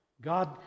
God